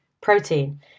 protein